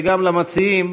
וגם למציעים,